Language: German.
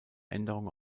änderung